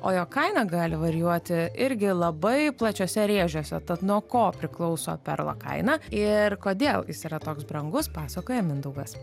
o jo kaina gali varijuoti irgi labai plačiuose rėžiuose tad nuo ko priklauso perlo kaina ir kodėl jis yra toks brangus pasakoja mindaugas